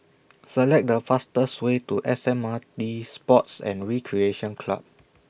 Select The fastest Way to S M R T Sports and Recreation Club